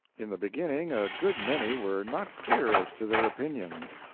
in the beginning a good many were not clear as to their opinions.